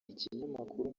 ikinyamakuru